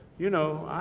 you know,